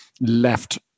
left